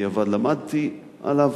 ובדיעבד למדתי עליו,